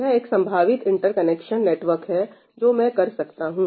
यह एक संभावित इंटरकनेक्शन नेटवर्क है जो मैं कर सकता हूं